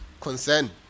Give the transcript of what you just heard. concern